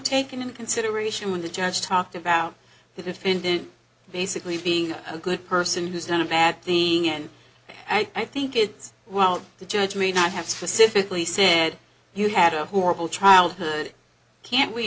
taken into consideration when the judge talked about the defendant basically being a good person who's done a bad thing and i think it's well the judge may not have specifically said he had a horrible childhood can we